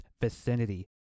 vicinity